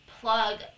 plug